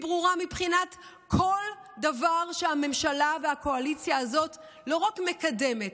היא ברורה מבחינת כל דבר שהממשלה והקואליציה הזאת לא רק מקדמת,